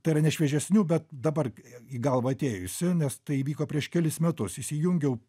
tai yra ne šviežesnių bet dabar į galvą atėjusį nes tai įvyko prieš kelis metus įsijungiau